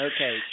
Okay